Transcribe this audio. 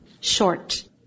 short